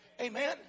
Amen